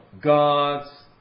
God's